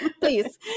Please